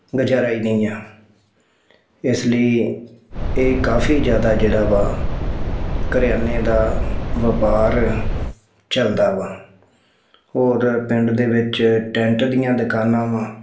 ਗੁਜ਼ਾਰਾ ਹੀ ਨਹੀਂ ਆ ਇਸ ਲਈ ਇਹ ਕਾਫੀ ਜ਼ਿਆਦਾ ਜਿਹੜਾ ਵਾ ਕਰਿਆਨੇ ਦਾ ਵਪਾਰ ਚਲਦਾ ਵਾ ਔਰ ਪਿੰਡ ਦੇ ਵਿੱਚ ਟੈਂਟ ਦੀਆਂ ਦੁਕਾਨਾਂ ਵਾ